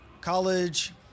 college